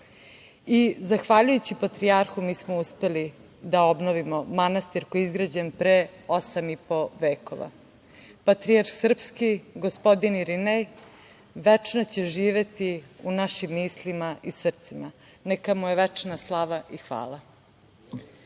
i zahvaljujući patrijarhu mi smo uspeli da obnovimo manastir koji je izgrađen pre osam i po vekova. Patrijarh sprski gospodin Irinej večno će živeti u našim mislima i srcima. Neka mu je večna slava i hvala.S